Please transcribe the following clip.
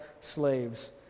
slaves